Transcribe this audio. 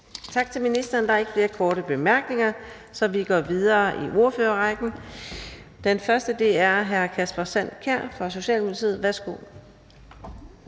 Tak til ministeren. Der er ikke flere korte bemærkninger, så vi går videre i ordførerrækken. Den første er hr. Kasper Sand Kjær fra Socialdemokratiet. Værsgo.